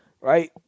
Right